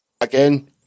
Again